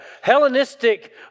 Hellenistic